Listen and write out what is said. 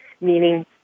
meaning